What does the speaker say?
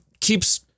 keeps